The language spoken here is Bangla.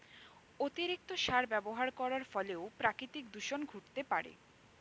অতিরিক্ত সার ব্যবহার করার ফলেও প্রাকৃতিক দূষন ঘটতে পারে